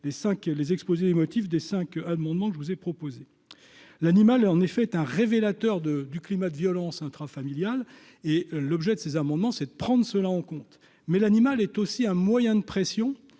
les exposés des motifs des 5 amendements que je vous ai proposé l'animal est en effet un révélateur de du climat de violence intrafamiliale est l'objet de ces amendements, c'est de prendre cela en compte, mais l'animal est aussi un moyen de pression